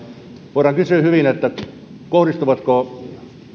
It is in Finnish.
voidaan hyvin kysyä kohdistuvatko